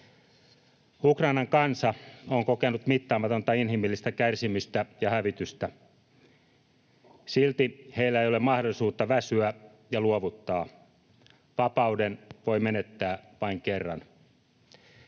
Ukrainan kansa on kokenut mittaamatonta inhimillistä kärsimystä ja hävitystä. Silti heillä ei ole mahdollisuutta väsyä ja luovuttaa. Vapauden voi menettää vain kerran.